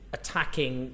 attacking